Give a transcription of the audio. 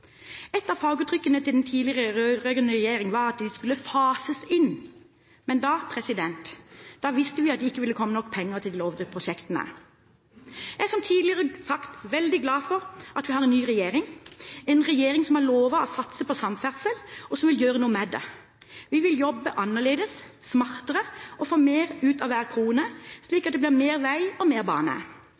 Et av favorittuttrykkene til den tidligere rød-grønne regjeringen var at alt skulle «fases inn», men da visste vi at det ikke ville komme nok penger til de lovede prosjektene. Jeg er, som tidligere sagt, veldig glad for at vi har en ny regjering – en regjering som har lovet å satse på samferdsel, og som vil gjøre noe med det. Vi vil jobbe annerledes, smartere og få mer ut av hver krone, slik at det blir mer vei og mer